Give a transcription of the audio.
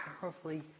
powerfully